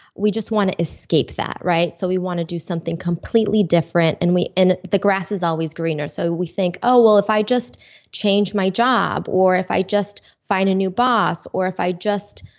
we just wanna escape that, right? so we wanna do something completely different and and the grass is always greener. so we think, oh, well if i just change my job or if i just find a new boss or if i just